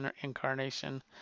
incarnation